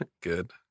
Good